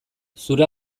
zure